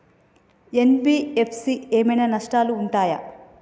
NBFC ఏమైనా నష్టాలు ఉంటయా?